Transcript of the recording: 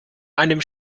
einem